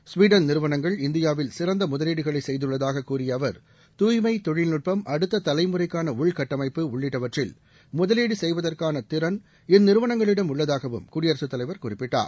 Sweden நிறுவனங்கள் இந்தியாவில் சிறந்த முதலீடுகளை செய்துள்ளதாக கூறிய அவர் தூய்மை தொழில்நுட்பம் அடுத்த தலைமுறைக்காள உள்கட்மைப்பு உள்ளிட்டவற்றில் முதலீடு செய்வதற்கான திறன் இந்நிறுவனங்களிடம் உள்ளதாகவும் குடியரசு தலைவர் குறிப்பிட்டார்